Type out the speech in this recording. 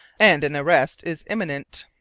and an arrest is imminent.